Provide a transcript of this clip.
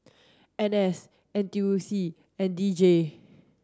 N S N T U C and D J